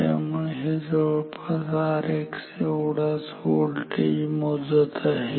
त्यामुळे हे जवळपास Rx एवढाच व्होल्टेज मोजत आहे